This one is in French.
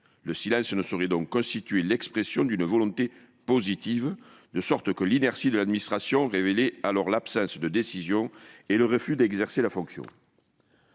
Le silence ne saurait donc constituer l'expression d'une volonté positive, de sorte que l'inertie de l'administration révélait alors l'absence de décision et le refus d'exercer la fonction.